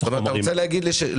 לא.